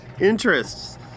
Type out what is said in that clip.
interests